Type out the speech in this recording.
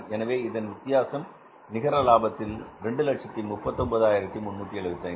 எனவே இதன் வித்தியாசம் நிகர லாபத்தில் வரி முன்பு 239375